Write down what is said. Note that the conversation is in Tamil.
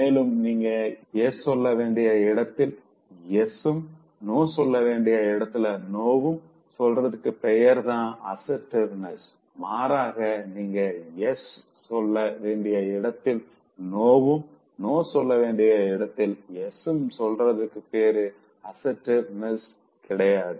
மேலும் நீங்க எஸ் சொல்ல வேண்டிய இடத்தில்எஸ் உம் நோ சொல்ல வேண்டிய இடத்துல நோவும் சொல்றதுக்கு பெயர்தா அசர்ட்டிவ்னெஸ்மாறாக நீங்க எஸ் சொல்ல வேண்டிய இடத்தில நோவும் நோ சொல்ல வேண்டிய இடத்தில எஸ்உம் சொல்றதுக்கு பேரு அசர்ட்டிவ்னெஸ் கிடையாது